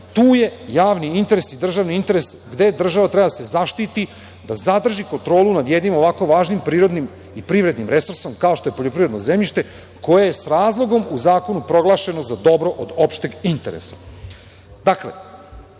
tu je javni interes i državni interes, gde država treba da se zaštiti da zadrži kontrolu nad jednim ovako važnim prirodnim i privrednim resursom kao što je poljoprivredno zemljište koje je s razlogom u Zakonu proglašeno za dobro od opšteg interesa. Dakle,